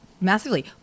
Massively